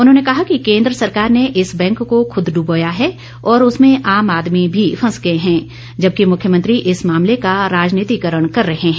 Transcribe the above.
उन्होंने कहा कि केंद्र सरकार ने इस बैंक को खूद डुबोया है और उसमें आम आदमी भी फंस गए हैं जबकि मुख्यमंत्री इस मामले का राजनीतिकरण कर रहे हैं